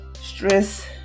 stress